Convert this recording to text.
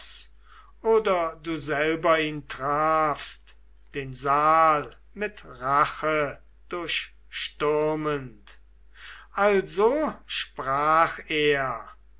oder du selbst ihn trafst den saal mit rache durchstürmend also sprach er